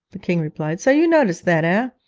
the king replied so you noticed that, ah?